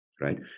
right